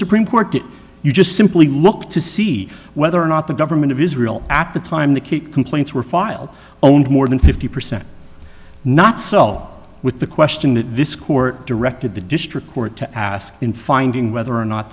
supreme court did you just simply look to see whether or not the government of israel at the time to keep complaints were filed and more than fifty percent not so with the question that this court directed the district court to ask in finding whether or not